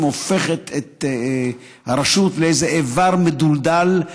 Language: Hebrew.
הופכת את הרשות לאיזה איבר מדולדל,